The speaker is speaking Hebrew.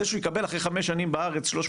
זה שהוא יקבל אחרי חמש שנים בארץ 300